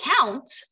count